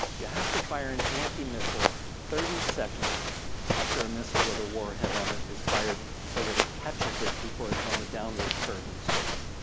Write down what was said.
you have to fire an anti-missile thirty seconds after a missile with a warhead on it is fired so that it catches it before it's on the downward curve in space.